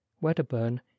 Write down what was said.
Wedderburn